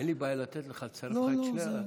אין לי בעיה לתת לך, לצרף לך את שתיהן.